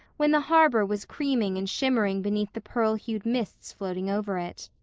when the harbor was creaming and shimmering beneath the pearl-hued mists floating over it.